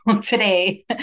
today